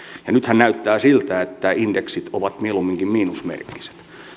ja nythän näyttää siltä että indeksit ovat mieluumminkin miinusmerkkiset